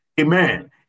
Amen